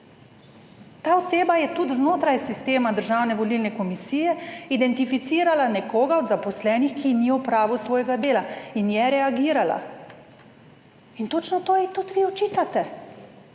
Ta oseba je tudi znotraj sistema Državne volilne komisije identificirala nekoga od zaposlenih, ki ni opravil svojega dela in je reagirala in točno to ji tudi vi očitate.